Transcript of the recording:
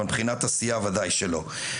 אבל מבחינת עשייה ודאי שלא.